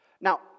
Now